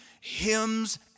hymns